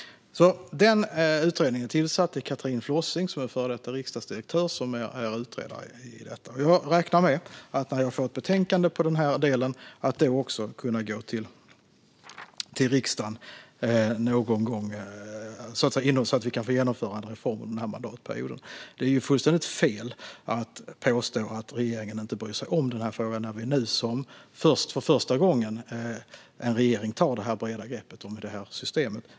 Utredningen är alltså tillsatt. Det är Kathrin Flossing, som är före detta riksdagsdirektör, som är utredare. När jag får ett betänkande om denna del räknar jag med att kunna gå till riksdagen så att vi kan genomföra reformen under denna mandatperiod. Det är fullständigt fel att påstå att regeringen inte bryr sig om denna fråga. Det är första gången som en regering tar detta breda grepp om systemet.